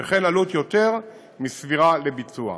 וכן עלות יותר מסבירה לביצוע.